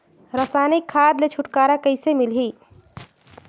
रसायनिक खाद ले छुटकारा कइसे मिलही?